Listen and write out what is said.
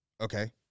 Okay